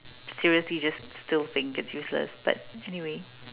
seriously just still think its useless but anyway